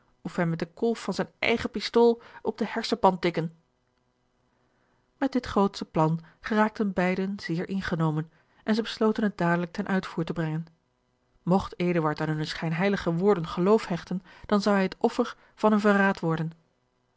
of hem met de kolf van zijne eigene pistool op de hersenpan tikken met dit grootsche plan geraakten beide zeer ingenomen en zij besloten het dadelijk ten uitvoer te brengen mogt eduard aan hunne schijnheilige woorden geloof hechten dan zou hij het offer van hun verraad worden